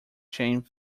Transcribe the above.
chain